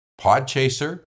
Podchaser